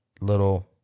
Little